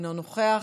אינו נוכח,